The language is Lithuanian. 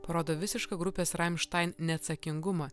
parodo visišką grupės rammstein neatsakingumą